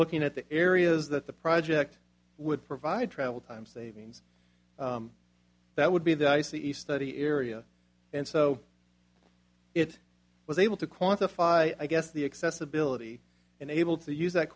looking at the areas that the project would provide travel time savings that would be the i c e study area and so it was able to quantify i guess the accessibility and able to use that